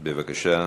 בבקשה.